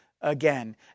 again